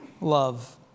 love